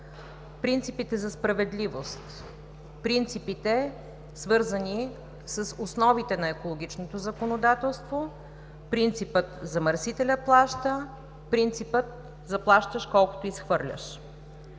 принципите за справедливост, принципите, свързани с основите на екологичното законодателство, принципът „замърсителят плаща“, принципът „заплащаш колкото изхвърляш“.